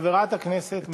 חברת הכנסת מירב בן ארי.